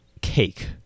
Cake